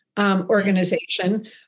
organization